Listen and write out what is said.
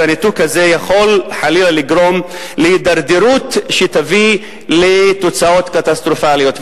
והניתוק הזה יכול חלילה לגרום להידרדרות שתביא לתוצאות קטסטרופליות,